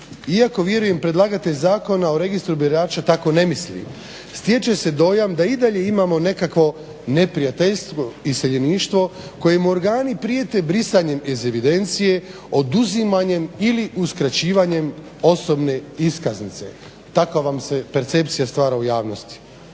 Iako vjerujem predlagatelj Zakona o Registru birača tako ne misli, stječe se dojam da i dalje imamo nekakvo neprijateljsko iseljeništvo kojemu organi prijete brisanjem iz evidencije, oduzimanjem ili uskraćivanjem osobne iskaznice. Takva vam se percepcija stvara u javnosti.